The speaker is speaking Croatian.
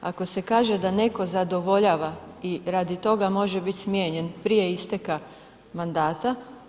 Ako se kaže da netko zadovoljava i radi toga može biti smijenjen prije isteka mandata.